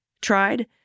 tried